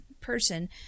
person